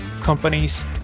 companies